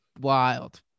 wild